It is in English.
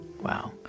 Wow